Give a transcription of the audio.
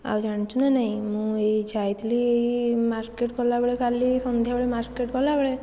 ଆଉ ଜାଣିଛୁ ନା ନାହିଁ ମୁଁ ଏଇ ଯାଇଥିଲି ଏଇ ମାର୍କେଟ ଗଲାବେଳେ କାଲି ସନ୍ଧ୍ୟାବେଳେ ମାର୍କେଟ ଗଲାବେଳେ